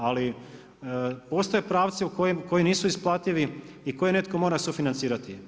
Ali postoje pravci koji nisu isplativi i koje netko mora sufinancirati.